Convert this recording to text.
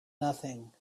nothing